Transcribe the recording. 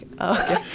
Okay